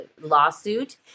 lawsuit